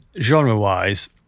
genre-wise